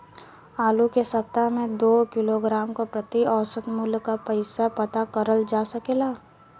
आलू के सप्ताह में दो किलोग्राम क प्रति औसत मूल्य क कैसे पता करल जा सकेला?